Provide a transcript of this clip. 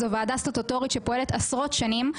זו ועדה סטטוטורית שפועלת עשרות שנים.